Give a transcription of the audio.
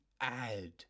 add